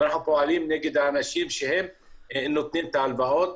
ואנחנו פועלים נגד האנשים שהם נותנים את ההלוואות.